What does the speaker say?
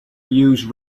use